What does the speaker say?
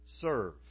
Serve